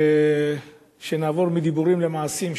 ושנעבור מדיבורים למעשים,